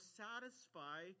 satisfy